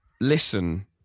listen